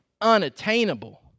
unattainable